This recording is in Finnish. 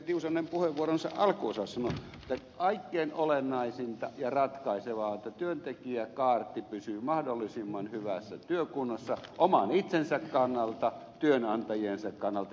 tiusanen puheenvuoronsa alkuosassa sanoi kaikkein olennaisinta ja ratkaisevaa on että työntekijäkaarti pysyy mahdollisimman hyvässä työkunnossa oman itsensä kannalta työnantajiensa kannalta ja kaiken